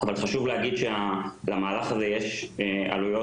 אבל חשוב להגיד שלמהלך הזה יש עלויות